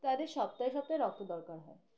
তাদের সপ্তাহে সপ্তাহে রক্ত দরকার হয়